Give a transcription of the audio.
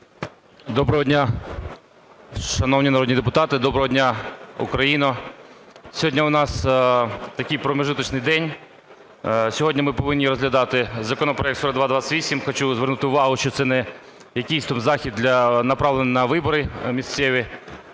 Доброго дня, шановні народні депутати! Доброго дня, Україно! Сьогодні в нас такий промежуточный день: сьогодні ми повинні розглядати законопроект 4228. Хочу звернути увагу, що це не якийсь там захід, направлений на вибори місцеві,